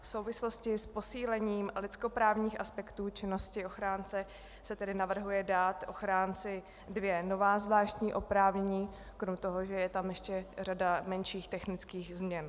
V souvislosti s posílením lidskoprávních aspektů činnosti ochránce se tedy navrhuje dát ochránci dvě nová zvláštní oprávnění, kromě toho, že je tam ještě řada menších technických změn.